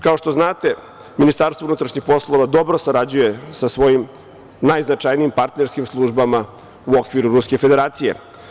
Kao što znate, Ministarstvo unutrašnjih poslova dobro sarađuje sa svojim najznačajnijim partnerskim službama u okviru Ruske Federacije.